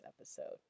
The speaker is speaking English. episode